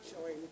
showing